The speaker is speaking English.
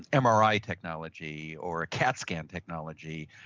and mri technology or cat scan technology,